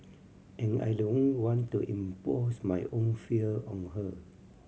and I don't want to impose my own fear on her